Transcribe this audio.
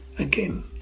Again